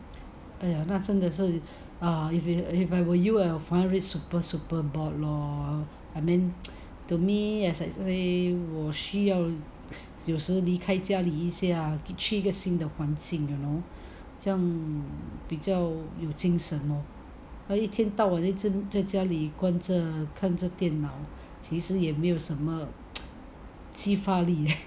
!aiya! 那真的是 if I were you I would find it super super bored lor I mean to me as explained 我需要有时离开家里一下去一个新的环境 you know 这样比较有精神 lor but 一天到晚一直在家里看着电脑其实也没有什么其发力